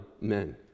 men